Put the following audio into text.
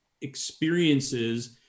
experiences